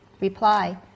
reply